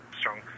strong